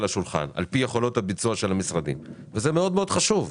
על פי יכולות הביצוע של המשרדים וזה מאוד מאוד חשוב.